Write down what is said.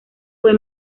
fue